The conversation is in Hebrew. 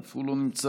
אף הוא לא נמצא,